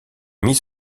mis